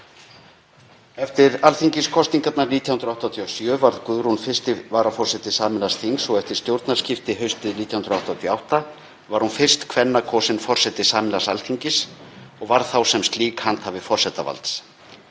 Eftir alþingiskosningar 1987 varð Guðrún 1. varaforseti sameinaðs þings og eftir stjórnarskipti haustið 1988 var hún fyrst kvenna kosin forseti sameinaðs Alþingis og varð þá sem slík handhafi forsetavalds.